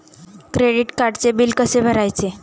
Credit कार्डचे bill कसे भरायचे?